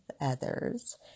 others